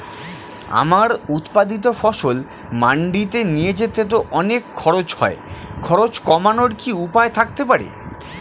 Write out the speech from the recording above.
আমার উৎপাদিত ফসল মান্ডিতে নিয়ে যেতে তো অনেক খরচ হয় খরচ কমানোর কি উপায় থাকতে পারে?